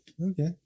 Okay